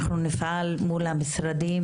אנחנו נפעל המשרדים,